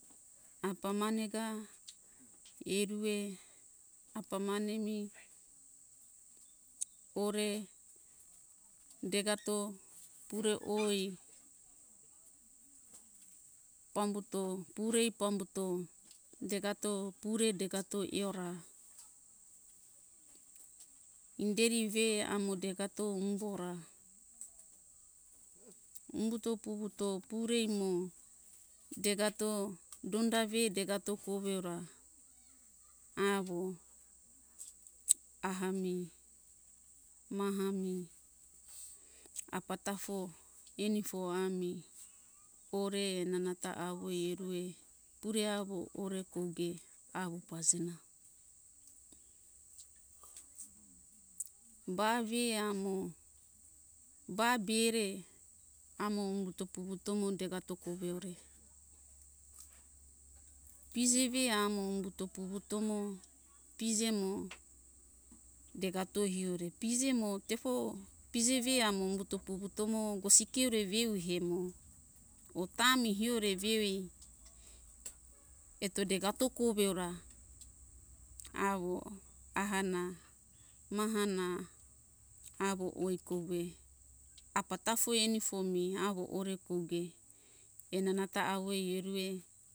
Apa mane ga erue apa mane mi ore degato pure oi pambuto purei pambuto degato pure degato eora inderi ve amo degato umbora umbuto puvuto purei mo degato donda ve degato kove ora avo aha mi maha mi apa tafo enifo ami ore enanata awo ierue pure awo ore kouge awo pazena ba ve amo ba bere amo umbuto puvuto mo degato kove ore pije ve amo umbuto puvuto mo pije mo degato hiore pije mo tefo pije ve amo umbuto puvuto mo gosike ore veu hemo otami hiore veoi eto degato kove ora awo aha na maha na awo oi kove apa tafo enifo mi awo ore kouge enanata awoi erue